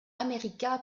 america